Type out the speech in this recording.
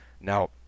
Now